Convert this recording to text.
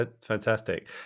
Fantastic